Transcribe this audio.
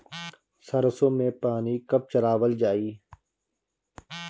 सरसो में पानी कब चलावल जाई?